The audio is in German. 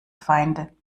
feinde